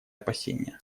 опасения